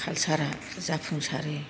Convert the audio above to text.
कालचारा जाफुंसारो